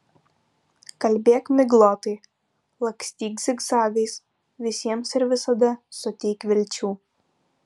kalbėk miglotai lakstyk zigzagais visiems ir visada suteik vilčių